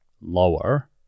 lower